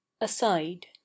Aside